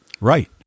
Right